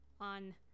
on